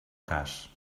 cas